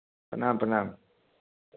प्रणाम प्रणाम